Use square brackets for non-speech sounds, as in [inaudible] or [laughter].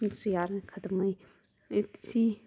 [unintelligible] खत्म होई ते इत्त फ्ही